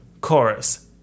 Chorus